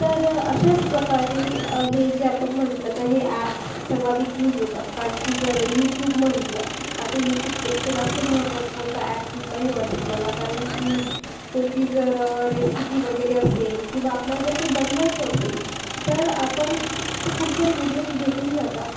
तर अशाच प्रकारे हे जे आपण म्हटलं तर हे ॲप्स सर्वाधिक यूज होतात कारण की जर यूट्यूब म्हटलं आता यूट्यूबपेक्षा जास्त महत्त्वाचा कोणता ॲप नाही वाटत मला कारण की कोणती जर रेसिपी वगैरे असेल किंवा आपल्या जर काही बनवायचं असेल तर आपण तर खूप सारे विडिओज भेटून जातात